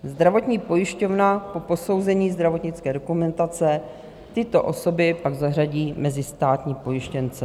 Zdravotní pojišťovna po posouzení zdravotnické dokumentace tyto osoby pak zařadí mezi státní pojištěnce.